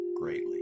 greatly